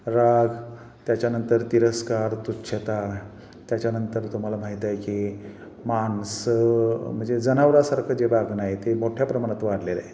राग त्याच्यानंतर तिरस्कार तुच्छता त्याच्यानंतर तुम्हाला माहीत आहे की माणसं म्हणजे जनावरासारखं जे वागणं आहे ते मोठ्या प्रमाणात वाढलेलं आहे